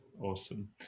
Awesome